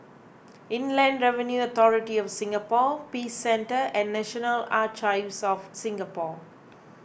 Inland Revenue Authority of Singapore Peace Centre and National Archives of Singapore